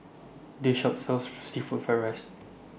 This Shop sells Seafood Fried Rice